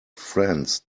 friends